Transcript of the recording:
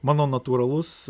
mano natūralus